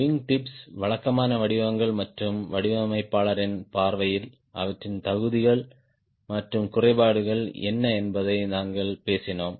wing tips வழக்கமான வடிவங்கள் மற்றும் வடிவமைப்பாளரின் பார்வையில் அவற்றின் தகுதிகள் மற்றும் குறைபாடுகள் என்ன என்பதையும் நாங்கள் பேசினோம்